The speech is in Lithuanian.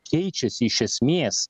keičiasi iš esmės